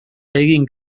egin